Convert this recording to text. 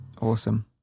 Awesome